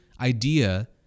idea